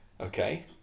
okay